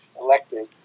elected